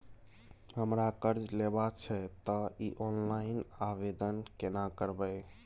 हमरा कर्ज लेबा छै त इ ऑनलाइन आवेदन केना करबै?